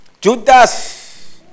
Judas